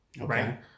Right